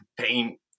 paint